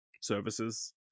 services